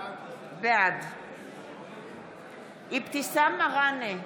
בעד אבתיסאם מראענה,